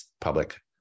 public